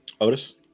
Otis